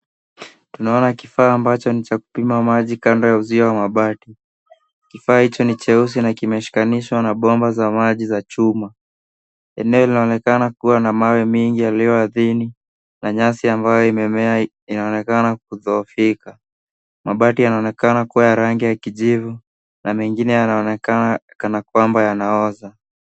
Tunaona kifaa ambacho ni cha kupima maji kando ya uzio wa mabati . Kifaa hicho ni cheusi na kimeshikanishwa na bomba za maji za chuma. Eneo linaonekana kuwa na mawe mingi yaliyo ardhini na nyasi ambayo imemea inaonekana kudhoofika .Mabati yanaonekana kuwa ya rangi ya kijivu na mengine yanaonekana kana kwamba yanaoza.